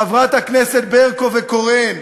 חברות הכנסת ברקו וקורן,